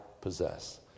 possess